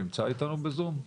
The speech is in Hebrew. נמצא איתנו בזום?